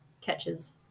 catches